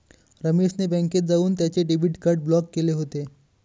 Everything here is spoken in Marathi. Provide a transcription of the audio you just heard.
रमेश ने बँकेत जाऊन त्याचे डेबिट कार्ड ब्लॉक केले होते